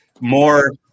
more